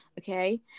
okay